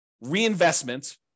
reinvestment